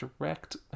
direct